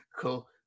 Cool